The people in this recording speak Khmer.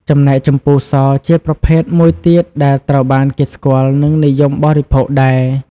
ចំណែកជម្ពូ ស ជាប្រភេទមួយទៀតដែលត្រូវបានគេស្គាល់ និងនិយមបរិភោគដែរ។